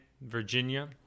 Virginia